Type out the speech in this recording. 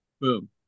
boom